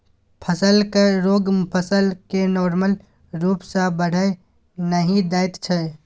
फसलक रोग फसल केँ नार्मल रुप सँ बढ़य नहि दैत छै